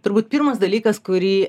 turbūt pirmas dalykas kurį